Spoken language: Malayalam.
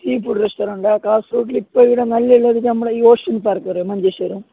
സീ ഫുഡ് റെസ്റ്റോറൻറ്റാ കാസർഗോഡിലിപ്പോൾ ഇവിടെ നല്ലതുള്ളത് നമ്മുടെയീ ഓഷ്യൻ പാർക്കറ് മഞ്ചേശ്വരം